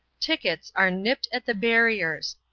tickets are nipped at the barriers,